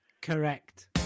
Correct